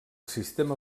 sistema